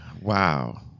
Wow